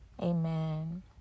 amen